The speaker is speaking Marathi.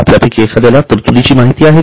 आपल्यापैकी एखाद्याला तरतुदीची माहिती का